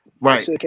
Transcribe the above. Right